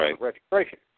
registration